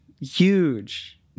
huge